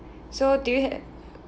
so do you have